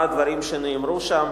מה הדברים שנאמרו שם.